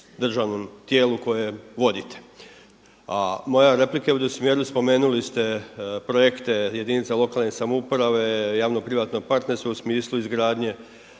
državnom tijelu koje vodite. A moja replika ide u smjeru, spomenuli ste projekte jedinice lokalne samouprave, javno privatno partnerstvo u smislu izgradnje